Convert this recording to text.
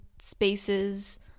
spaces